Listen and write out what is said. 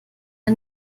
der